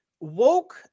Woke